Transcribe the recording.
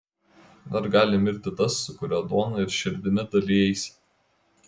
ar gali mirti tas su kuriuo duona ir širdimi dalijaisi